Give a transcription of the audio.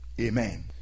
Amen